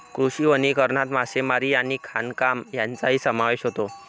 कृषी वनीकरणात मासेमारी आणि खाणकाम यांचाही समावेश होतो